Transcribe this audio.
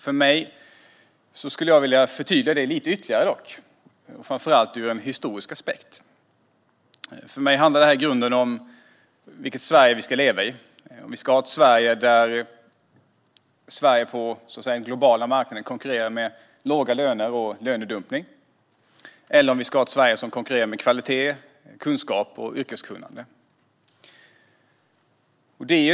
Jag skulle dock vilja förtydliga det hela ytterligare, framför allt ur en historisk aspekt. För mig handlar detta i grunden om vilket Sverige vi ska leva i. Ska vi ha ett Sverige där vi på den globala marknaden konkurrerar med låga löner och lönedumpning, eller ska vi ha ett Sverige som konkurrerar med kvalitet, kunskap och yrkeskunnande?